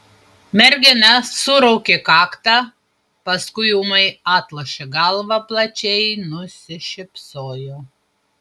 mergina suraukė kaktą paskui ūmai atlošė galvą plačiai nusišypsojo